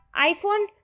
iPhone